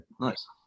Nice